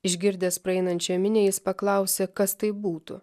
išgirdęs praeinančią minią jis paklausė kas tai būtų